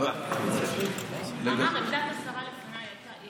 הוא אמר: עמדת השרה לפניי הייתה,